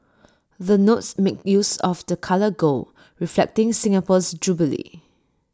the notes make use of the colour gold reflecting Singapore's jubilee